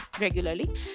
regularly